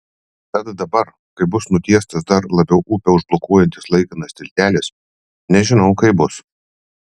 tad dabar kai bus nutiestas dar labiau upę užblokuojantis laikinas tiltelis nežinau kaip bus